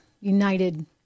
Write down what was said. united